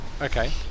Okay